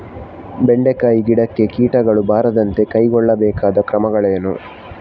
ಬೆಂಡೆಕಾಯಿ ಗಿಡಕ್ಕೆ ಕೀಟಗಳು ಬಾರದಂತೆ ಕೈಗೊಳ್ಳಬೇಕಾದ ಕ್ರಮಗಳೇನು?